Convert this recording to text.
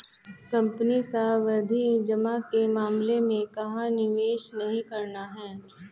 Company सावधि जमा के मामले में कहाँ निवेश नहीं करना है?